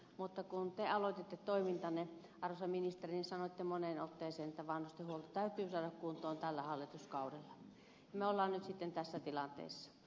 mutta kun te aloititte toimintanne arvoisa ministeri niin sanoitte moneen otteeseen että vanhustenhuolto täytyy saada kuntoon tällä hallituskaudella ja me olemme nyt sitten tässä tilanteessa